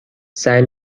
سعی